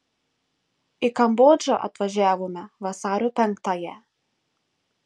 į kambodžą atvažiavome vasario penktąją